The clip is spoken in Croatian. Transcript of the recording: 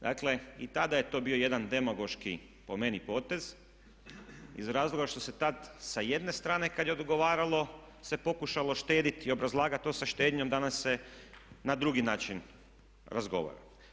Dakle, i tada je bio jedan demagoški po meni potez iz razloga što se tad sa jedne strane kad je odgovaralo se pokušalo štediti i obrazlagat to sa štednjom, danas se na drugi način razgovara.